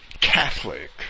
Catholic